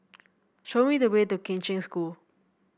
show me the way to Kheng Cheng School